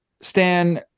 Stan